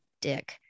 dick